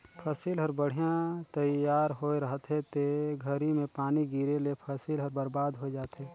फसिल हर बड़िहा तइयार होए रहथे ते घरी में पानी गिरे ले फसिल हर बरबाद होय जाथे